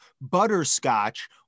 butterscotch